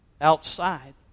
outside